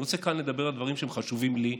אני רוצה כאן לדבר על דברים שהם חשובים לי,